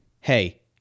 hey